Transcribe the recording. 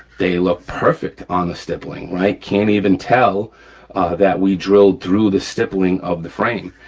they look perfect on the stippling, right. can't even tell that we drilled through the stippling of the frame.